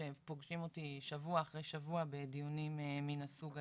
שפוגשים אותי שבוע אחרי שבוע בדיונים מהסוג הזה.